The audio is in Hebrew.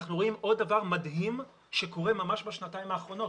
אנחנו רואים עוד דבר מדהים שקורה ממש בשנתיים האחרונות.